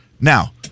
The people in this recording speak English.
Now